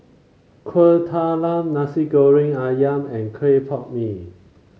Kuih Talam Nasi Goreng ayam and Clay Pot Mee